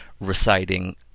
reciting